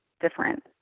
different